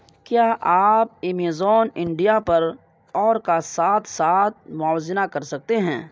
کیا آپ Amazon India پر اور کا ساتھ ساتھ موازنہ کر سکتے ہیں